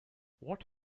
what